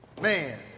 Man